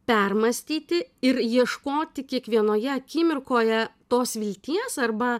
permąstyti ir ieškoti kiekvienoje akimirkoje tos vilties arba